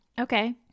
okay